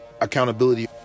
accountability